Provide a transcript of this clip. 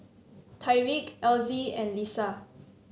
Tyreek Elzie and Lissa